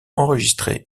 enregistré